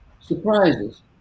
surprises